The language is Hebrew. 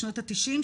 בשנות ה-90,